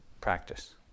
practice